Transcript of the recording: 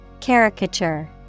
Caricature